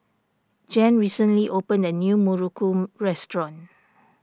Jan recently opened a new Muruku restaurant